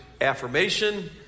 affirmation